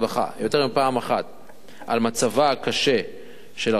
על מצבה הקשה של הרשות,